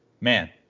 Man